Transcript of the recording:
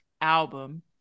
album